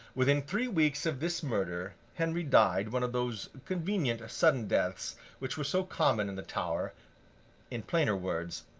within three weeks of this murder, henry died one of those convenient sudden deaths which were so common in the tower in plainer words,